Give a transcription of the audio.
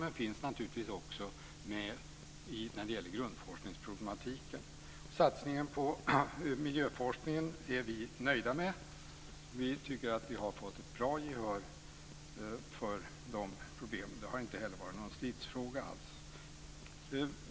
Den finns naturligtvis också med i grundforskningsproblematiken. Vi är nöjda med satsningen på miljöforskning. Vi tycker att vi har fått bra gehör för de problemen. Det har inte alls varit någon stridsfråga.